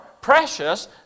precious